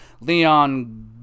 Leon